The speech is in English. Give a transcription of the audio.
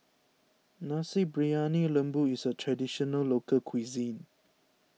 Nasi Briyani Lembu is a Traditional Local Cuisine